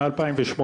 מ-2018,